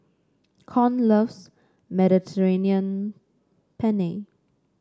Con loves Mediterranean Penne